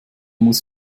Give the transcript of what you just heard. muss